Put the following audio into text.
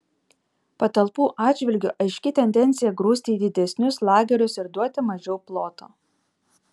patalpų atžvilgiu aiški tendencija grūsti į didesnius lagerius ir duoti mažiau ploto